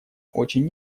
очень